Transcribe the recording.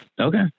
Okay